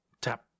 Tap